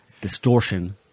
distortion